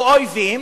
כאויבים.